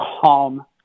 Calm